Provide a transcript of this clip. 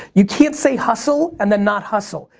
you can't say hustle and then not hustle.